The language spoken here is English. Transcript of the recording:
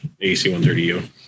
ac-130u